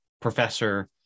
professor